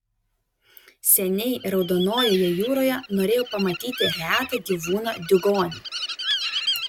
seniai raudonojoje jūroje norėjau pamatyti retą gyvūną diugonį